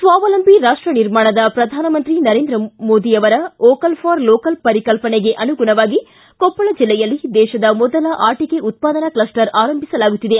ಸ್ವಾವಲಂಬಿ ರಾಷ್ಟ ನಿರ್ಮಾಣದ ಪ್ರಧಾನಮಂತ್ರಿ ನರೇಂದ್ರ ಮೋದಿಯವರ ವೋಕಲ್ ಫಾರ್ ಲೋಕಲ್ ಪರಿಕಲ್ಪನೆಗೆ ಅನುಗುಣವಾಗಿ ಕೊಪ್ಪಳ ದಿಲ್ಲೆಯಲ್ಲಿ ದೇಶದ ಮೊದಲ ಆಟಕೆ ಉತ್ಪಾದನಾ ಕ್ಷಸ್ವರ್ ಆರಂಭಿಸಲಾಗುತ್ತಿದೆ